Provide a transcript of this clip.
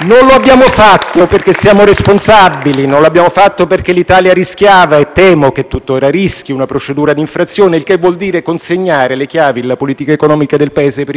*(Applausi dal Gruppo FI-BP).* Non lo abbiamo fatto perché siamo responsabili; non l'abbiamo fatto perché l'Italia rischiava - e temo tuttora rischi - una procedura di infrazione; il che vuol dire consegnare le chiavi della politica economica del Paese per i